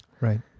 Right